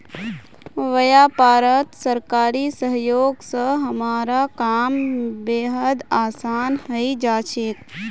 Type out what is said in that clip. व्यापारत सरकारी सहयोग स हमारा काम बेहद आसान हइ जा छेक